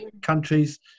countries